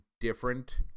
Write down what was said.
different